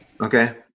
Okay